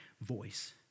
voice